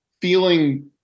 feeling